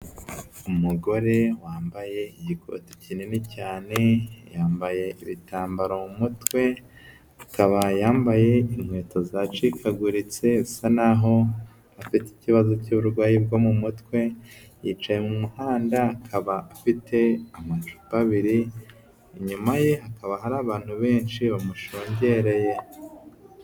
Umugore wambaye igikoti kinini cyane, yambaye ibitambaro mu mutwe, akaba yambaye inkweto zacikaguritse, bisa naho afite ikibazo cy'uburwayi bwo mu mutwe, yicaye mu muhanda akaba afite amacupa abiri, inyuma ye hakaba hari abantu benshi bamushungereye.